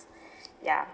ya